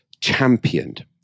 championed